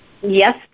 Yes